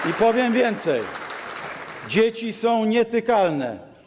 I powiem więcej: dzieci są nietykalne.